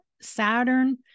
Saturn